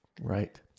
Right